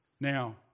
Now